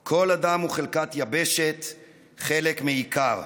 / כל אדם הוא חלקת יבשת / חלק מעיקר.